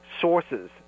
sources